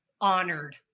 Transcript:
honored